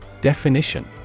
Definition